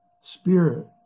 spirit